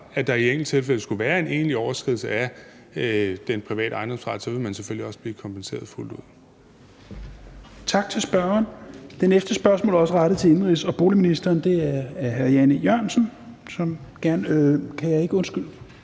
at der i enkelte tilfælde skulle være en egentlig overskridelse af den private ejendomsret, så vil man selvfølgelig også blive kompenseret fuldt ud.